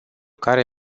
care